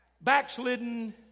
backslidden